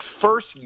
first